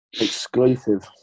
Exclusive